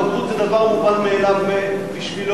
הבגרות זה דבר מובן מאליו בשבילו,